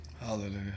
Hallelujah